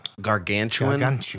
Gargantuan